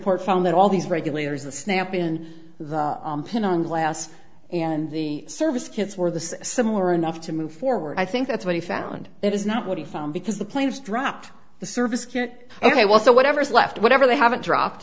court found that all these regulators the snap in the glass and the service kids or the similar enough to move forward i think that's what he found it is not what he found because the planes dropped the service kit ok well so whatever's left whatever they have it dropped